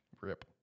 Rip